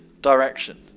direction